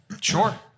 Sure